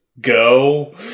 go